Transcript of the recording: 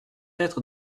être